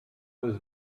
was